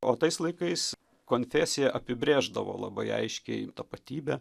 o tais laikais konfesija apibrėždavo labai aiškiai tapatybę